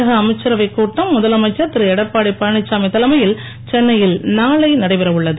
தமிழக அமைச்சரவை கூட்டம் முதலமைச்சர் திரு எடப்பாடி பழனிச்சாமி தலைமையில் சென்னையில் நாளை நடைபெறவுள்ளது